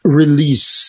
release